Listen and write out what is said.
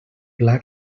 pla